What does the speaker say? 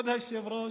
תודה רבה.